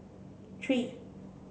three